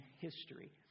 history